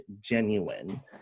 genuine